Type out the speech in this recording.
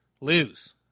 lose